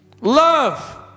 Love